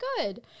good